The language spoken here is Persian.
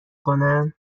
کنم